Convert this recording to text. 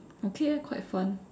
okay eh quite fun